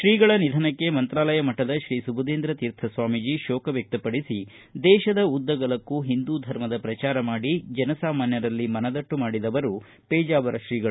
ತ್ರೀಗಳ ನಿಧನಕ್ಕೆ ಮಂತಾಲಯ ಮಠದ ಶ್ರೀ ಸುಬದೇಂದ್ರತೀರ್ಥ ಸ್ವಾಮೀಜಿ ಶೋಕ ವ್ಯಕ್ಷಪಡಿಸಿ ದೇಶದ ಉದ್ದಗಲಕ್ಕು ಹಿಂದು ಧರ್ಮದ ಪ್ರಚಾರ ಮಾಡಿ ಜನಸಾಮಾನ್ಯರಲ್ಲಿ ಮನದಟ್ಟು ಮಾಡಿದವರು ಪೇಜಾವರ ತ್ರೀಗಳು